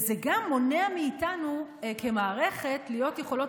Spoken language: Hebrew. זה גם מונע מאיתנו כמערכת להיות יכולות